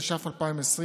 התש"ף 2020,